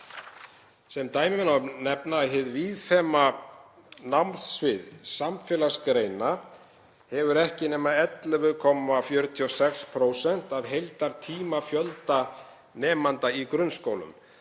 Sem dæmi má nefna að hið víðfeðma námssvið samfélagsgreina hefur ekki nema 11,46% af heildartímafjölda nemenda í grunnskólum,